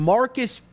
Marcus